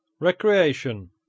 Recreation